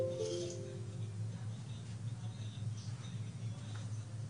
נכון לרגע הזה האופציה,